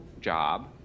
job